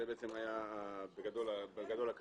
זה בעצם בגדול הייתה הכוונה.